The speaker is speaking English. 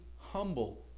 humble